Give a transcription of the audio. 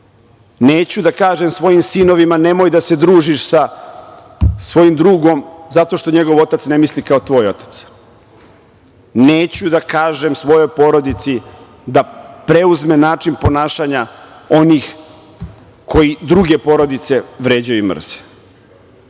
Neću da kažem svojim sinovima – nemoj da se družiš sa svojim drugom zato što njegov otac ne misli kao tvoj otac. Neću da kažem svojoj porodici da preuzme način ponašanja onih koji druge porodice vređaju i mrze.